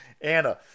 Anna